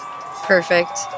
Perfect